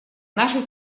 нашей